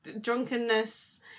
drunkenness